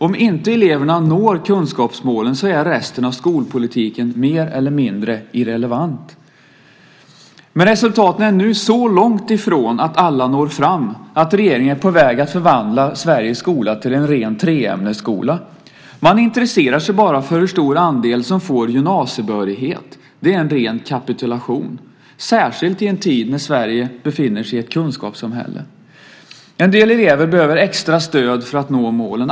Om inte eleverna når kunskapsmålen är resten av skolpolitiken mer eller mindre irrelevant. Resultaten är nu så långt ifrån att alla når fram att regeringen är på väg att förvandla Sveriges skola till en ren treämnesskola. Man intresserar sig bara för hur stor andel som får gymnasiebehörighet. Det är en ren kapitulation, särskilt i en tid när Sverige befinner sig i ett kunskapssamhälle. En del elever behöver extra stöd för att nå målen.